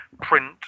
print